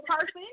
person